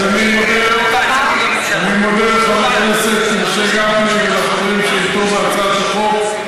אז אני מודה לחבר הכנסת משה גפני ולחברים שאיתו בהצעת החוק.